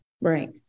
right